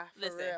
Listen